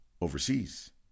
overseas